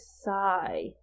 sigh